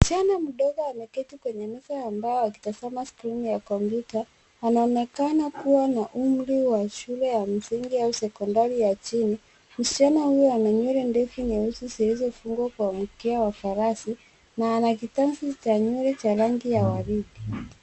Kijana mdogo ameketi kwenye nika ya mbao akitazama skrini ya kompyuta, anaonekana kuwa na umri wa shule ya msingi au sekondari ya chini. Msichana huyo ana nywele ndefu nyeusi zilizofungwa kwa umikia wa farasi, na anakitanzu cha nywele ya rangi ya waridi.